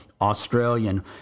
Australian